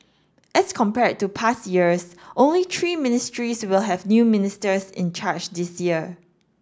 as compared to past years only three ministries will have new ministers in charge this year